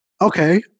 okay